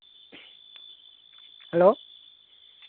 hello